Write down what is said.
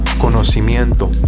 conocimiento